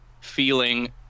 feeling